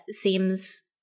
seems